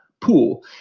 pool